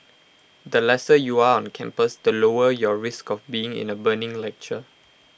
the lesser you are on campus the lower your risk of being in A burning lecture